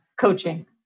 coaching